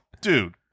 dude